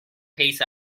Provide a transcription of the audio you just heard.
his